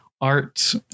art